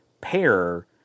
pair